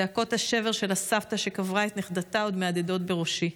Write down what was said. זעקות השבר של הסבתא שקברה את נכדתה עוד מהדהדות בראשי.